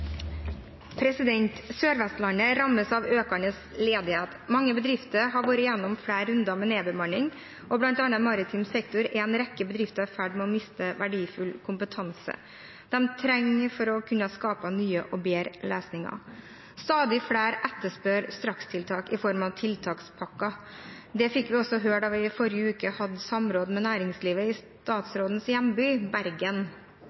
runder med nedbemanning, og bl.a. i maritim sektor er en rekke bedrifter i ferd med å miste verdifull kompetanse de trenger for å kunne skape nye og bedre løsninger. Stadig flere etterspør strakstiltak i form av tiltakspakker. Det fikk vi også høre da vi i forrige uke hadde samråd med næringslivet i statsrådens hjemby Bergen.